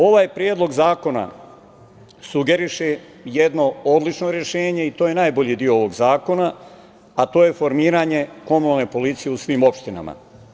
Ovaj predlog zakona sugeriše jedno odlično rešenje i to je najbolji deo ovog zakona, a to je formiranje komunalne policije u svim opštinama.